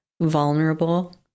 vulnerable